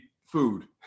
food